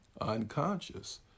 unconscious